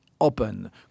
open